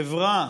חברה